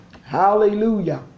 hallelujah